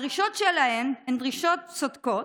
הדרישות שלהן הן דרישות צודקות,